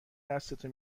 دستتو